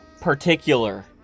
particular